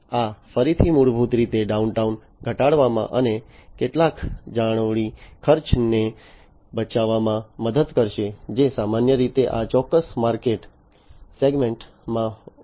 અને આ ફરીથી મૂળભૂત રીતે ડાઉનટાઇમ ઘટાડવામાં અને કેટલાક જાળવણી ખર્ચને બચાવવામાં મદદ કરશે જે સામાન્ય રીતે આ ચોક્કસ માર્કેટ સેગમેન્ટમાં વધુ હોય છે